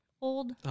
old